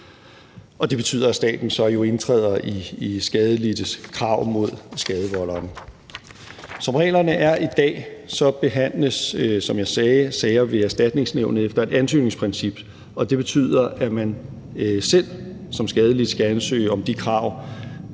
Det betyder, at staten jo så indtræder i skadelidtes krav mod skadevolderen. Som reglerne er i dag, behandles, som jeg sagde, sager ved Erstatningsnævnet efter et ansøgningsprincip, og det betyder, at man selv som skadelidt skal ansøge om de krav